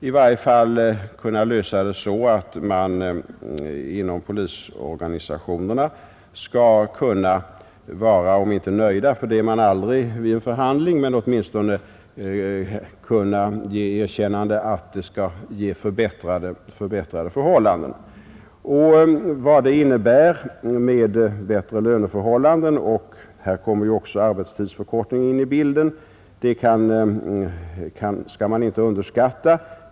I varje fall bör vi kunna uppnå att man inom polisorganisationerna — jag säger inte att man skall vara nöjd, det är man aldrig vid en förhandling — nu åtminstone bör kunna ge det erkännandet att uppgörelsen skall medföra bättre förhållanden. Och vad det innebär med bättre löneförhållanden — där kommer också arbetstidsförkortningen in i bilden — skall man inte underskatta.